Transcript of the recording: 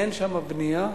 אין בנייה,